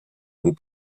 vous